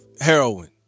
heroin